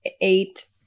eight